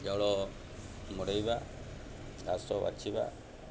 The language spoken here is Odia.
ଜଳ ମଡ଼େଇବା ଘାସ ବାଛିବା